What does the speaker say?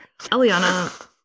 Eliana